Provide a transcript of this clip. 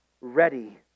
ready